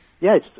Yes